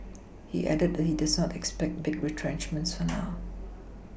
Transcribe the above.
he added that he does not expect big retrenchments for now